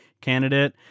candidate